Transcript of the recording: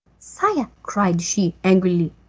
sire, cried she angrily,